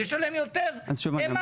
לשלם יותר במס?